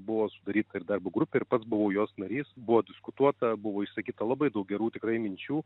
buvo sudaryta ir darbo grupė ir pats buvau jos narys buvo diskutuota buvo išsakyta labai daug gerų tikrai minčių